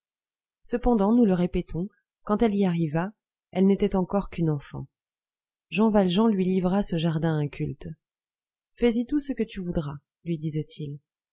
cependant nous le répétons quand elle y arriva elle n'était encore qu'un enfant jean valjean lui livra ce jardin inculte fais-y tout ce que tu voudras lui disait-il